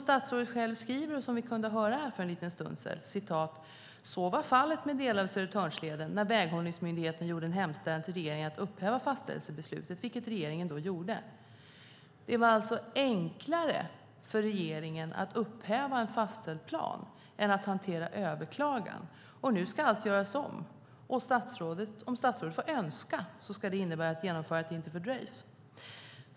Statsrådet skriver i svaret, och vi kunde också höra det för en liten stund sedan, att "så var fallet med delar av Södertörnsleden, när väghållningsmyndigheten gjorde en hemställan till regeringen att upphäva fastställelsebesluten, vilket regeringen också beviljade". Det var alltså enklare för regeringen att upphäva en fastställd plan än att hantera en överklagan. Nu ska allt göras om, och om statsrådet får önska innebär det att genomförandet inte fördröjs.